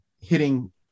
hitting